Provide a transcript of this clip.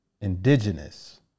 Indigenous